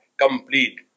complete